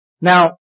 Now